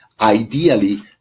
Ideally